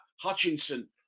Hutchinson